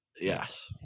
Yes